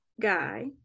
guy